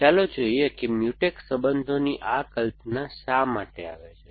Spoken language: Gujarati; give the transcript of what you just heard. ચાલો જોઈએ કે મ્યુટેક્સ સંબંધોની આ કલ્પના શા માટે આવે છે